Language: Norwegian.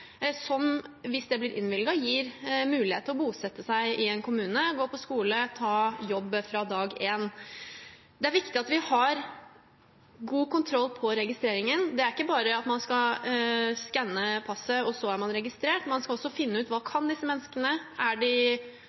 hvis det blir innvilget, gir mulighet til å bosette seg i en kommune, gå på skole, ta jobb fra dag én. Det er viktig at vi har god kontroll på registreringen. Det er ikke bare at man skal skanne passet, og så er man registrert. Man skal også finne ut hva disse menneskene kan, om de